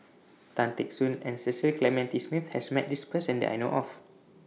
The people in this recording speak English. Tan Teck Soon and Cecil Clementi Smith has Met This Person that I know of